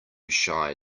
shy